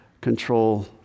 control